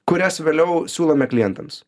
kurias vėliau siūlome klientams